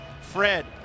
Fred